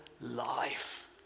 life